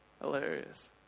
Hilarious